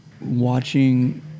watching